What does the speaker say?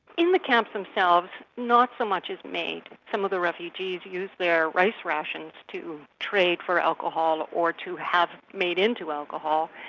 in the camps themselves not so much is made some of the refugees use their rice rations to trade for alcohol or to have made into alcohol.